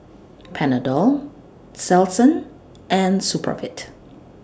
Panadol Selsun and Supravit